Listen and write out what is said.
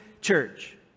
church